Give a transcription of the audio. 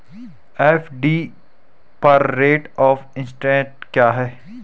FD पर rate of interest क्या है?